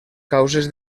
causes